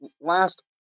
last